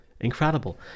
Incredible